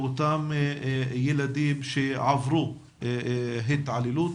לאותם ילדים שעברו התעללות